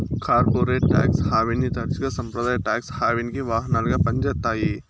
corporate tax హావెన్ని తరచుగా సంప్రదాయ టాక్స్ హావెన్కి వాహనాలుగా పంజేత్తాయి